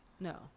No